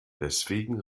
deswegen